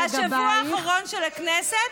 לכבוד השבוע האחרון של הכנסת.